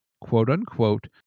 quote-unquote